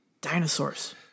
dinosaurs